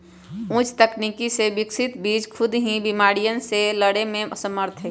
उच्च तकनीक से विकसित बीज खुद ही बिमारियन से लड़े में समर्थ हई